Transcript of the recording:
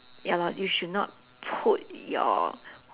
ya lor you should not put your